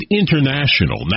international